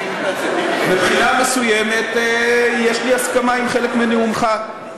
מבחינה מסוימת יש לי הסכמה עם חלק מנאומך,